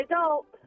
adult